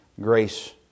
grace